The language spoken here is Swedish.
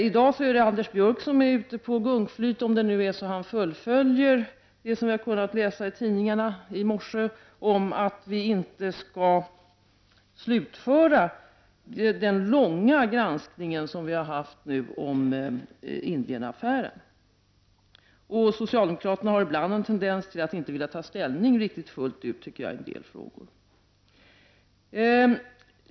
I dag är det Anders Björck som är ute på gungflyt, om han fullföljer det som vi har kunnat läsa om i tidningarna i dag, dvs. att utskottet inte skall slutföra den granskning av Indienaffären som har pågått länge. Socialdemokraterna har ibland en tendens att inte vilja ta ställning fullt ut i en del frågor.